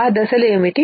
ఆ దశలు ఏమిటి